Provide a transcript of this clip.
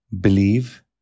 believe